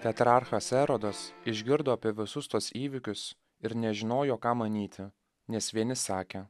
tetrarchas erodas išgirdo apie visus tuos įvykius ir nežinojo ką manyti nes vieni sakė